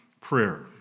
prayer